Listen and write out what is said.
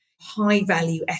high-value